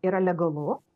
yra legalu